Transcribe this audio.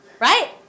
Right